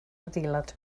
adeilad